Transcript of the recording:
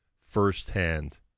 firsthand